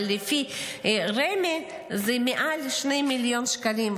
אבל לפי רמ"י זה מעל 2 מיליון שקלים,